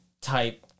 type